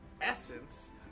essence